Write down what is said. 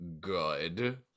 good